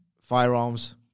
Firearms